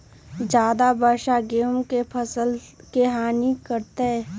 ज्यादा वर्षा गेंहू के फसल के हानियों करतै?